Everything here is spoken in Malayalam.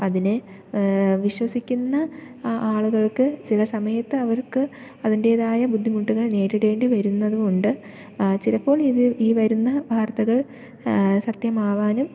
അതിനെ വിശ്വസിക്കുന്ന ആളുകൾക്ക് ചില സമയത്തവർക്ക് അതിൻറ്റേതായ ബുദ്ധിമുട്ടുകൾ നേരിടേണ്ടി വരുന്നതുകൊണ്ട് ചിലപ്പോൾ ഇത് ഈ വരുന്ന വാർത്തകൾ സത്യമാവാനും